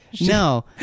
No